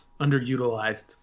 underutilized